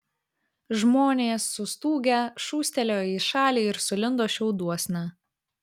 žmonės sustūgę šūstelėjo į šalį ir sulindo šiauduosna